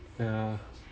yeah